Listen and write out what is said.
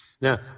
Now